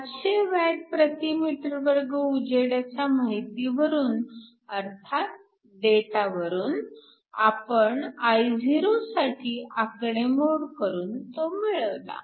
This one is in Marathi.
500Wm2 उजेडाच्या माहितीवरून अर्थात डेटा वरून आपण I० साठी आकडेमोड करून तो मिळवला